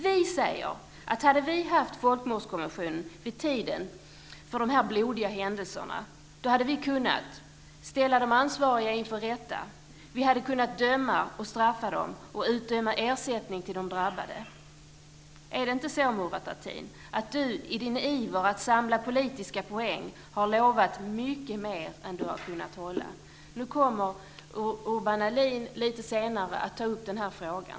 Vi säger att hade vi haft folkmordskonventionen vid tiden för de här blodiga händelserna hade vi kunnat ställa de ansvariga inför rätta, kunnat döma och straffa dem och kunnat ge ersättning till de drabbade. Är det inte så att Murad Artin i sin iver att samla politiska poäng har lovat mycket mer än han har kunnat hålla? Urban Ahlin kommer lite senare att ta upp den här frågan.